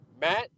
Matt